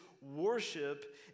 Worship